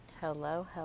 hello